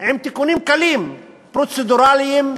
ועם תיקונים קלים, פרוצדורליים,